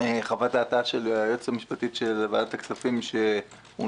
חוות דעתה של היועצת המשפטית של ועדת הכספים שהונחה